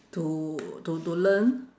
to to to learn